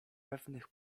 pewnych